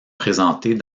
présentés